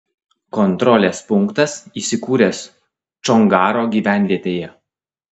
kontrolės punktas įsikūręs čongaro gyvenvietėje